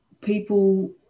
people